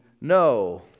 no